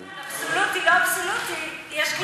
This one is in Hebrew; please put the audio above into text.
אני אומרת, אבסולוטי, לא אבסולוטי, יש,